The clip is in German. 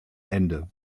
ende